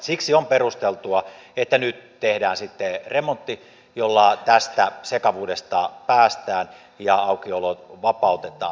siksi on perusteltua että nyt tehdään sitten remontti jolla tästä sekavuudesta päästään ja aukiolot vapautetaan